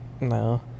No